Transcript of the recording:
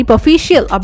official